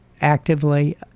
actively